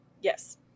Yes